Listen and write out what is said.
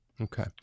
Okay